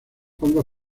fondos